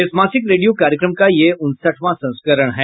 इस मासिक रेडियो कार्यक्रम का यह उनसठवां संस्करण है